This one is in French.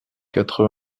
quatre